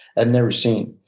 and never seen.